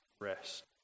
rest